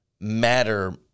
matter